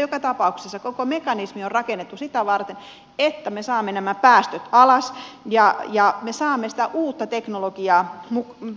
joka tapauksessa koko mekanismi on rakennettu sitä varten että me saamme päästöt alas ja me saamme uutta teknologiaa